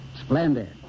Splendid